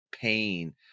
pain